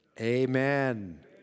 Amen